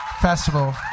festival